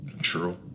True